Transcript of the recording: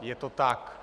Je to tak.